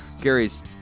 Gary's